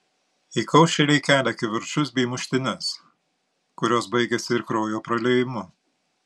įkaušėliai kelia kivirčus bei muštynes kurios baigiasi ir kraujo praliejimu